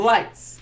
Lights